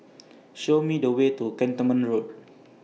Show Me The Way to Cantonment Road